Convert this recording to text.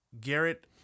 Garrett